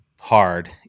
hard